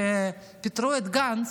כשפיטרו את גנץ,